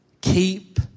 Keep